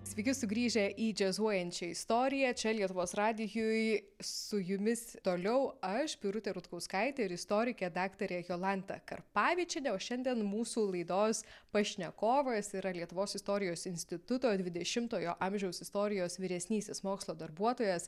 sveiki sugrįžę į džiazuojančią istoriją čia lietuvos radijuj su jumis toliau aš birutė rutkauskaitė ir istorikė daktarė jolanta karpavičienė o šiandien mūsų laidos pašnekovais yra lietuvos istorijos instituto dvidešimtojo amžiaus istorijos vyresnysis mokslo darbuotojas